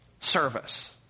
service